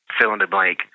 fill-in-the-blank